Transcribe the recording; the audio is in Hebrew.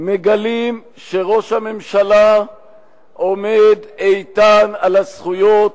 מגלים שראש הממשלה עומד איתן על הזכויות